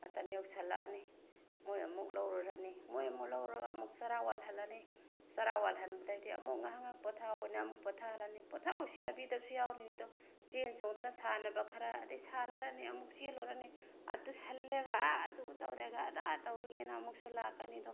ꯃꯇꯝ ꯌꯧꯁꯤꯜꯂꯑꯅꯤ ꯃꯣꯏ ꯑꯃꯨꯛ ꯂꯧꯔꯨꯔꯅꯤ ꯃꯣꯏ ꯑꯃꯨꯛ ꯂꯧꯔꯨꯔꯒ ꯑꯃꯨꯛ ꯆꯔꯥ ꯋꯥꯜꯍꯜꯂꯅꯤ ꯆꯔꯥ ꯋꯥꯜꯍꯟꯕꯗꯒꯤꯗꯤ ꯑꯃꯨꯛ ꯉꯥꯏꯍꯥꯛ ꯉꯥꯏꯍꯥꯛ ꯄꯣꯊꯥꯎ ꯍꯥꯏꯅ ꯄꯣꯊꯥꯍꯜꯂꯅꯤ ꯄꯣꯊꯥꯎꯁꯨ ꯌꯥꯕꯤꯗꯕꯁꯨ ꯌꯥꯎꯔꯤꯅꯤꯗꯣ ꯆꯦꯟ ꯆꯣꯡꯗꯅ ꯁꯥꯟꯅꯕ ꯈꯔ ꯑꯗꯩ ꯁꯥꯟꯅꯔꯅꯤ ꯑꯃꯨꯛ ꯆꯦꯜꯂꯨꯔꯅꯤ ꯑꯥ ꯇꯨꯁꯜꯂꯦꯒ ꯑꯥ ꯑꯗꯨ ꯇꯧꯔꯦꯒ ꯑꯗꯥ ꯇꯧꯔꯨꯒꯦꯅ ꯑꯃꯨꯛꯁꯨ ꯂꯥꯛꯀꯅꯤꯗꯣ